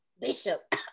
Bishop